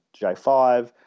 J5